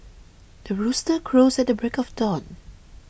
the rooster crows at the break of dawn